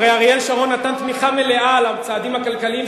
הרי אריאל שרון נתן תמיכה מלאה לצעדים הכלכליים,